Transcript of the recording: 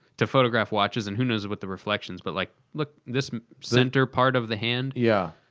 to photograph watches, and who knows with the reflections. but like, look. this center part of the hand? yeah